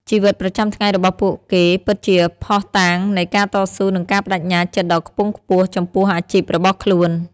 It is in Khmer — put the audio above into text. ជីវិតប្រចាំថ្ងៃរបស់ពួកគេពិតជាភស្តុតាងនៃការតស៊ូនិងការប្តេជ្ញាចិត្តដ៏ខ្ពង់ខ្ពស់ចំពោះអាជីពរបស់ខ្លួន។